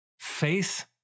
Faith